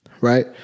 right